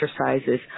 exercises